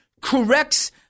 corrects